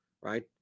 right